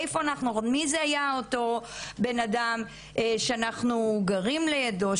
מי זה היה אותו בן אדם שאנחנו גרים לידו,